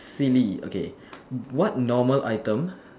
silly okay what normal item